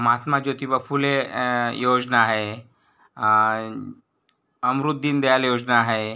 महात्मा ज्योतिबा फुले योजना आहे आणि अमृत दीनदयाल योजना आहे